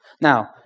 Now